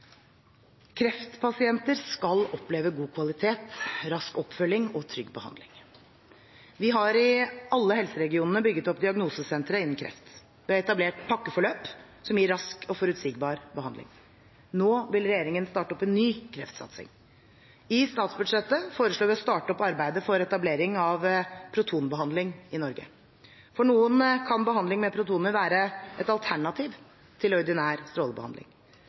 Kreftpasienter skal oppleve god kvalitet, rask oppfølgning og trygg behandling. Vi har i alle helseregionene bygget opp diagnosesentre innen kreft. Vi har etablert pakkeforløp, som gir rask og forutsigbar behandling. Nå vil regjeringen starte opp en ny kreftsatsing. I statsbudsjettet foreslår vi å starte opp arbeidet for etablering av protonbehandling i Norge. For noen kan behandling med protoner være et alternativ til ordinær strålebehandling.